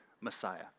Messiah